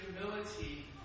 humility